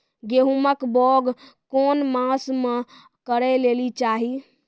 गेहूँमक बौग कून मांस मअ करै लेली चाही?